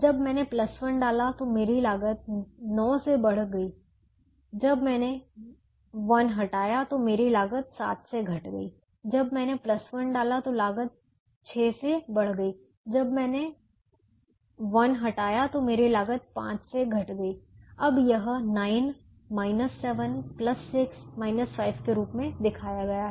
जब मैंने 1 डाला तो मेरी लागत 9 से बढ़ गई जब मैंने 1 हटाया मेरी लागत 7 से घट गई जब मैंने 1 डाला तो लागत 6 से बढ़ गई जब मैंने 1 हटाया तो मेरी लागत 5 से घट गई अब यह 9 7 6 5 के रूप में दिखाया गया है